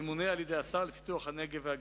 ממונה על-ידי השר לפיתוח הנגב והגליל.